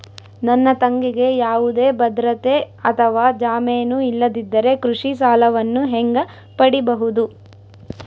ನನ್ನ ತಂಗಿಗೆ ಯಾವುದೇ ಭದ್ರತೆ ಅಥವಾ ಜಾಮೇನು ಇಲ್ಲದಿದ್ದರೆ ಕೃಷಿ ಸಾಲವನ್ನು ಹೆಂಗ ಪಡಿಬಹುದು?